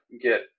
get